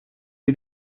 you